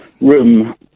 room